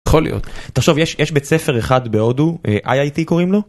חוליות תחשוב יש יש בית ספר אחד בהודו IIT קוראים לו.